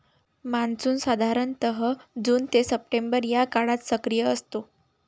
monsoon साधारणतः जून ते सप्टेंबर या काळात सक्रिय असतो